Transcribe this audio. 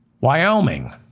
Wyoming